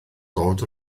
dod